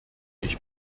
ich